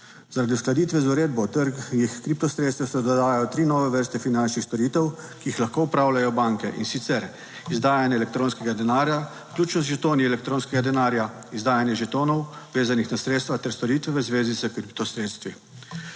Zaradi uskladitve z uredbo o trgih kripto sredstev se dodajajo tri nove vrste finančnih storitev, ki jih lahko opravljajo banke. In sicer: izdajanje elektronskega denarja, vključno z žetoni elektronskega denarja. Izdajanje žetonov, vezanih na sredstva ter storitve v zvezi s kripto sredstvi.